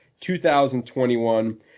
2021